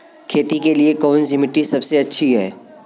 खेती के लिए कौन सी मिट्टी सबसे अच्छी है?